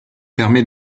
permet